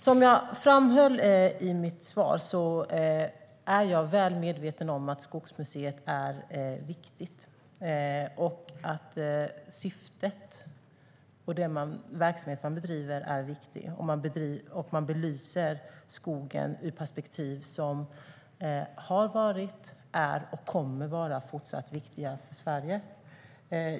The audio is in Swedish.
Som jag framhöll i mitt tidigare inlägg är jag väl medveten om att Skogsmuseet är viktigt och att den verksamhet man bedriver är viktig. Man belyser skogen ur perspektiv som har varit, är och fortsatt kommer att vara viktiga för Sverige.